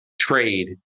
trade